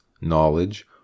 knowledge